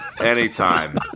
anytime